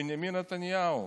בנימין נתניהו?